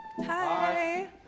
Hi